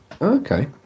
Okay